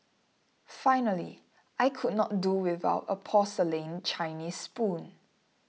finally I could not do without a porcelain Chinese spoon